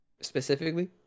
specifically